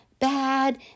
bad